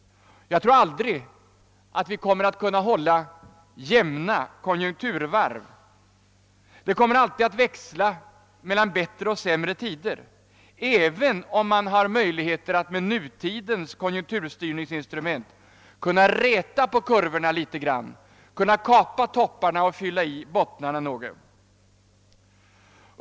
Jag tror inte att vi någonsin kommer att kunna upprätthålla jämna konjunkturer. Det kommer alltid att växla mellan bättre och sämre tider, även om man har möjligheter att med nutidens konjunkturstyrningsinstrument räta ut kurvorna något, d. v. s. kapa topparna och i viss mån fylla ut bottnarna.